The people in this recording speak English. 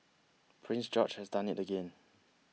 Prince George has done it again